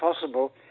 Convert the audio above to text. possible